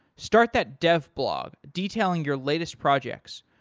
start that dev blog detailing your latest projects.